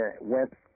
went